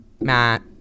Matt